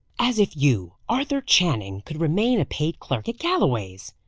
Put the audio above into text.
as if you, arthur channing, could remain a paid clerk at galloway's!